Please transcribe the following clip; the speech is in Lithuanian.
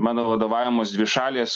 mano vadovaujamos dvišalės